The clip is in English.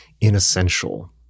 inessential